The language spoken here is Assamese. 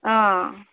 অঁ